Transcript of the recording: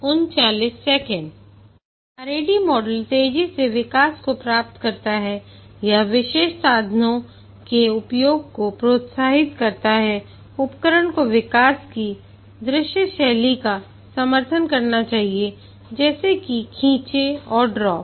RAD model तेजी से विकास को प्राप्त करता है यह विशेष साधनों के उपयोग को प्रोत्साहित करता है उपकरण को विकास की दृश्य शैली का समर्थन करना चाहिए जैसे कि खींचें और ड्रॉप